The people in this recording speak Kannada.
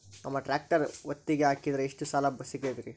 ನಮ್ಮ ಟ್ರ್ಯಾಕ್ಟರ್ ಒತ್ತಿಗೆ ಹಾಕಿದ್ರ ಎಷ್ಟ ಸಾಲ ಸಿಗತೈತ್ರಿ?